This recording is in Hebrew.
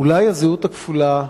אולי הזהות הכפולה,